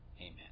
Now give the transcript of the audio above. Amen